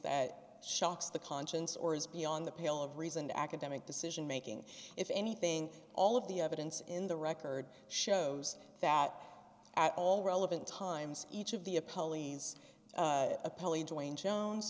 that shocks the conscience or is beyond the pale of reason academic decision making if anything all of the evidence in the record shows that at all relevant times each of the a